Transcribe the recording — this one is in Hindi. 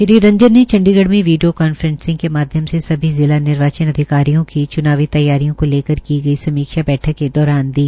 श्री रंजन ने चंडीगढ़ में वीडियो कॉन्फ्रेंसिंग के माध्यम से सभी जिला निर्वाचन अधिकारियों की च्नावी तैयारियों को लेकर की गई समीक्षा बैठक के दौरान दी